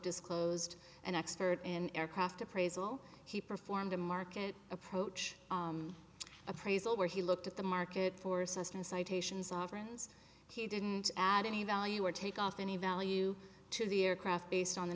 disclosed an expert in aircraft appraisal he performed a market approach appraisal where he looked at the market for system citations offerings he didn't add any value or take off any value to the aircraft based on the